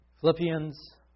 Philippians